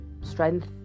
strength